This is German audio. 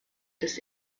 des